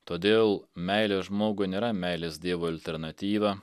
todėl meilė žmogui nėra meilės dievui alternatyva